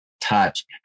touch